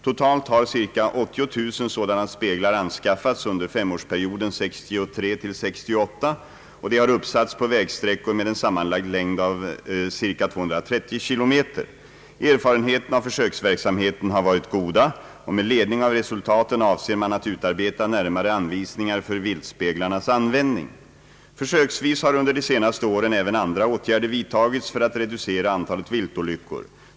Totalt har ca 80 000 sådana speglar anskaffats under femårsperioden 1963—1968, och de har uppsatts på vägsträckor med en sammanlagd längd av ca 230 km. Erfarenheterna av försöksverksamheten har varit goda, och med ledning av resultaten avser man att utarbeta närmare anvisningar för viltspeglarnas användning. Försöksvis har under de senaste åren även andra åtgärder vidtagits för att reducera antalet viltolyckor.